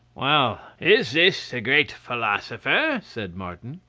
well! is this the great philosopher? said martin.